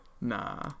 Nah